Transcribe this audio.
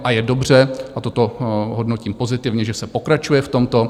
A je dobře a toto hodnotím pozitivně že se pokračuje v tomto.